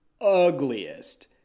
ugliest